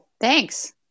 Thanks